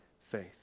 faith